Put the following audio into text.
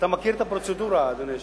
אתה מכיר את הפרוצדורה, אדוני היושב-ראש,